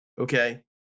Okay